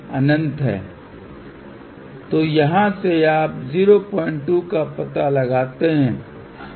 तो यहां से आप 02 का पता लगाते हैं